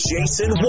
Jason